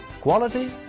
quality